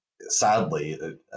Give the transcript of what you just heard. Sadly